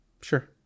Sure